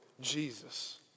Jesus